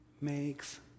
makes